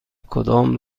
کدام